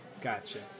Gotcha